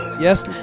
yes